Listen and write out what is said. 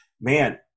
man